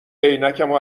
عینکمو